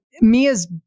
mia's